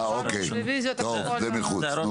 אה, אוקיי, טוב, זה בחוץ.